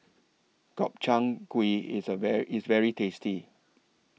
Gobchang Gui IS A IS very tasty